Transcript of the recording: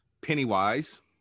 Pennywise